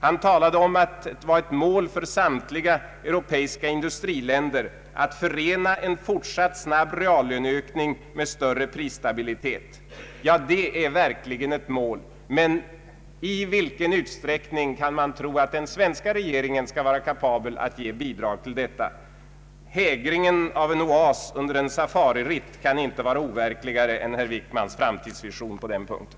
Han talade om att det var ett mål för samtliga europeiska industriländer att förena en fortsatt snabb reallöneökning med större prisstabilitet. Ja, det är verkligen ett mål. Men i vilken utsträckning kan man tro att den svenska regeringen skall vara kapabel att ge bidrag till detta? Hägringen av en oas under en safariritt kan inte vara overkligare än herr Wickmans framtidsvision på den punkten.